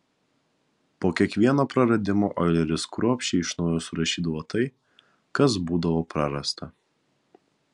po kiekvieno praradimo oileris kruopščiai iš naujo surašydavo tai kas būdavo prarasta